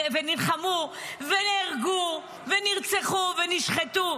נלחמו ונלחמו ונהרגו ונרצחו ונשחטו.